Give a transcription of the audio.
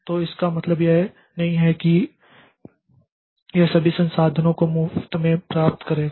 तो इसका मतलब यह नहीं है कि यह सभी संसाधनों को मुफ्त में प्राप्त करेगा